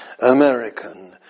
American